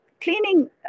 cleaning